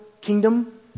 Kingdom